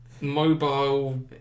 mobile